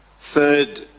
Third